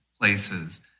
places